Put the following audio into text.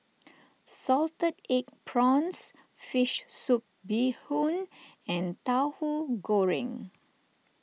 Salted Egg Prawns Fish Soup Bee Hoon and Tauhu Goreng